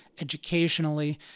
educationally